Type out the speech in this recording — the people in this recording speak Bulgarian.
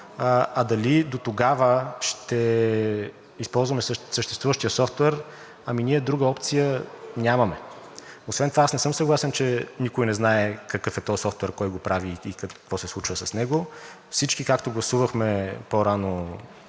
а дали дотогава ще използваме съществуващия софтуер – ами ние друга опция нямаме. Освен това аз не съм съгласен, че никой не знае какъв е този софтуер, кой го прави и какво се случва с него. Всички, както гласувахме по-рано